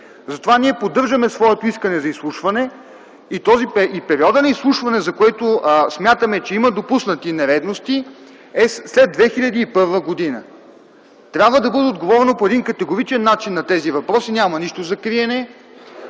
Затова ние поддържаме своето искане за изслушване и периодът на изслушване, за който смятаме, че има допуснати нередности, след 2001 г. Трябва да бъде отговорено по един категоричен начин на тези въпроси, няма нищо за криене.